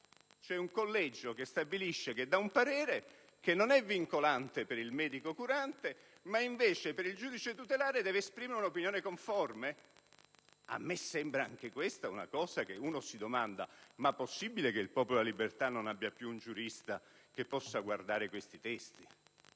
Un collegio che dà un parere, che non è vincolante per il medico curante, e invece il giudice tutelare deve esprimere un'opinione ad esso conforme? A me sembra anche questa una norma che porta a chiedersi: ma è possibile che il Popolo della Libertà non abbia più un giurista che possa guardare questi testi?